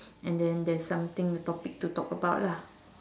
and then there's something a topic to talk about lah